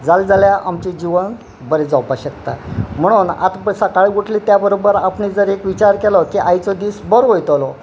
जाले जाल्यार आमचें जिवन बरें जावपा शकता म्हणून आतां सकाळी उठली त्या बरोबर आपणे जर एक विचार केलो की आयचो दीस बरो वयतलो